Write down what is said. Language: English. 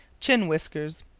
chin whiskers.